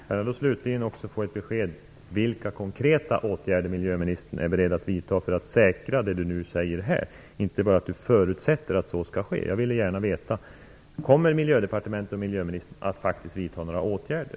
Fru talman! Får jag slutligen besked om vilka konkreta åtgärder miljöministern är beredd att vidta för att säkra att det hon säger - inte bara att hon förutsätter - också skall ske. Jag vill gärna veta om Miljödepartementet och miljöministern faktiskt kommer att vidta några åtgärder.